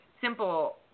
simple